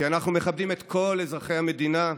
כי אנחנו מכבדים את כל אזרחי המדינה.